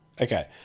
Okay